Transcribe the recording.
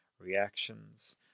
Reactions